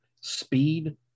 speed